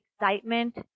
excitement